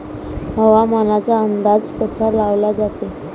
हवामानाचा अंदाज कसा लावला जाते?